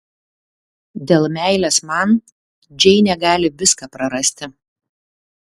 dėl meilės man džeinė gali viską prarasti